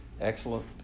excellent